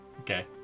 Okay